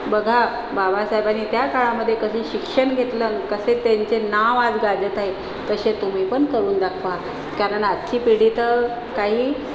बघा बाबासाहेबांनी त्या काळामध्ये कसं शिक्षण घेतलंन कसे त्यांचे नाव आज गाजत आहे तसे तुम्ही पण करून दाखवा कारण आजची पिढी तर काही